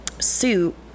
suit